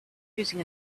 using